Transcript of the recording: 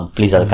Please